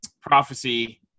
prophecy